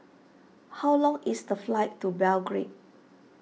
how long is the flight to Belgrade